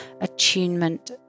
attunement